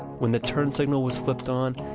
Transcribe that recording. when the turn signal was flipped on,